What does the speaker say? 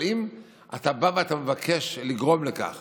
אבל אם אתה בא ומבקש לגרום לכך